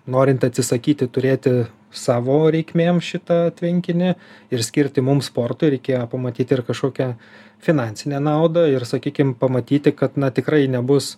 norint atsisakyti turėti savo reikmėm šitą tvenkinį ir skirti mums sportui reikėjo pamatyti ir kažkokią finansinę naudą ir sakykim pamatyti kad na tikrai nebus